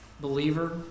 Believer